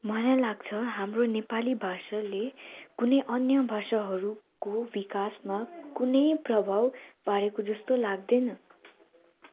मलाई लाग्छ हाम्रो नेपाली भाषाले कुनै अन्य भाषाहरूको विकासमा कुनै प्रभाव पारेको जस्तो लाग्दैन